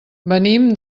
venim